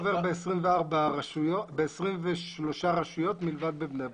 הקו עובר ב-23 רשויות מלבד בבני ברק.